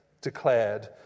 declared